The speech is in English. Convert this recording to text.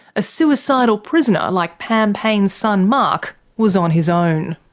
a suicidal prisoner like pam payne's son mark was on his own.